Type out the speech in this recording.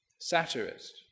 satirist